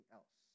else